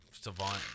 savant